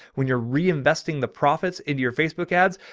when you're reinvesting the profits into your facebook ads,